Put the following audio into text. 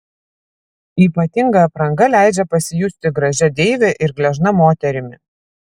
ypatinga apranga leidžia pasijusti gražia deive ir gležna moterimi